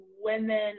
women